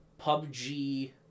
PUBG